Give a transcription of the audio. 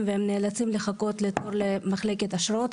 והם נאלצים לחכות לתור למחלקת אשרות,